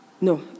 No